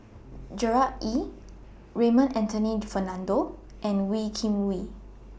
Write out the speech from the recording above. Gerard Ee Raymond Anthony Fernando and Wee Kim Wee